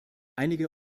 einige